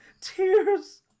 Tears